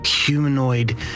humanoid